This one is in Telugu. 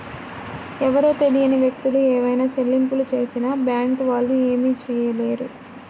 ఎవరో తెలియని వ్యక్తులు ఏవైనా చెల్లింపులు చేసినా బ్యేంకు వాళ్ళు ఏమీ చేయలేరు